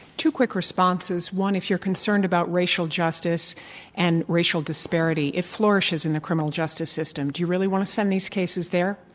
two quick responses. one, if you're concerned about racial justice and racial disparity, it flourishes in the criminal justice system. do you really want to send these cases there?